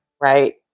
right